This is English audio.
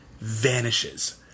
Vanishes